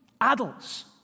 adults